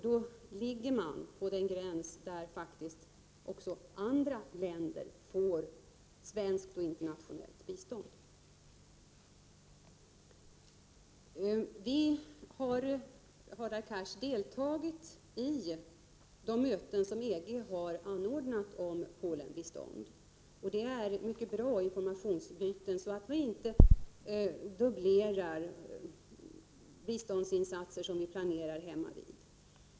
Där ligger faktiskt gränsen för att också andra länder skall börja få svenskt och internationellt bistånd. Vi har, Hadar Cars, deltagit i de möten som EG har anordnat om Polenbiståndet. Det är mycket bra informationsutbyten för undvikande av att vi dubblerar biståndsinsatserna när vi planerar här hemma.